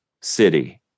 city